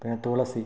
പിന്നെ തുളസി